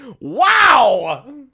Wow